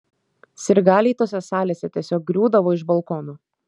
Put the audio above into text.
sirgaliai tose salėse tiesiog griūdavo iš balkonų